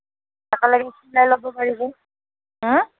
চিলাই ল'ব পাৰিব